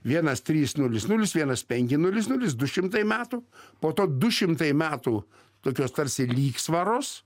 vienas trys nulis nulis vienas penki nulis nulis du šimtai metų po to du šimtai metų tokios tarsi lygsvaros